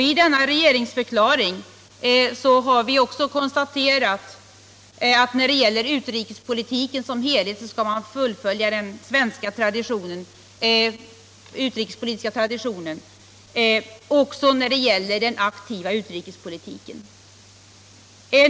I denna har vi också fastslagit att i utrikespolitiken skall man fullfölja den svenska utrikespolitiska traditionen, även när det gäller den aktiva utrikespolitiken.